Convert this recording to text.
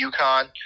UConn